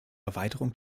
erweiterung